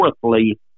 fourthly